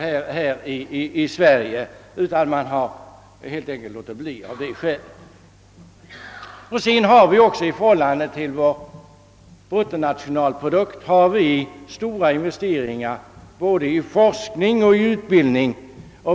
Man har av detta skäl också avstått från att starta några så dana. Sedan har vi också i förhållande till vår bruttonationalprodukt stora investeringar i både forskning och utbildning.